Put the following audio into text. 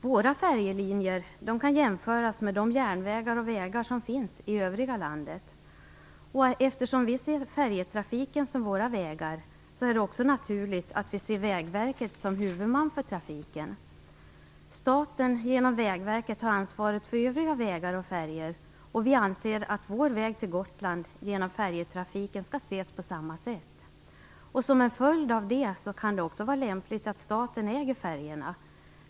Våra färjelinjer kan jämföras med de järnvägar och vägar som finns i övriga landet. Eftersom vi ser färjetrafiken som våra vägar, är det också naturligt att vi ser Vägverket som huvudman för trafiken. Staten har genom Vägverket ansvaret för övriga vägar och färjor, och vi anser att vår väg till Gotland genom färjetrafiken skall ses på samma sätt. Som en följd av detta kan det också vara lämpligt att staten äger färjorna.